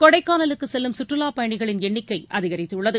கொடைக்கானலுக்குச் செல்லும் சுற்றுலாப் பயணிகளின் எண்ணிக்கை அதிகரித்துள்ளது